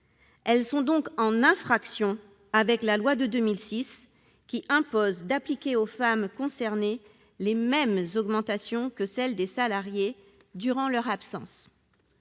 Elles sont donc en infraction avec la loi de 2006, qui impose d’appliquer aux femmes concernées les mêmes augmentations que celles des salariés durant leur absence.